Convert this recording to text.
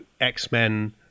X-Men